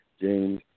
James